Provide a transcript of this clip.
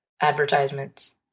advertisements